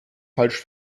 falsch